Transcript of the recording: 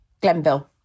Glenville